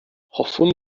hoffwn